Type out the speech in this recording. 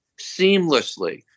seamlessly